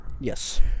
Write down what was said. Yes